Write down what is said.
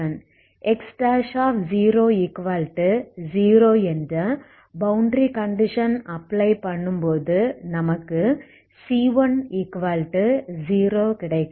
X00 என்ற boundary condition apply பண்ணும்போது நமக்கு c10 கிடைக்கிறது